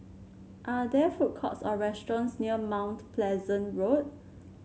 are there food courts or restaurants near Mount Pleasant Road